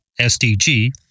SDG